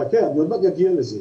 חכה, אני עוד מעט אגיע לזה.